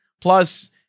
Plus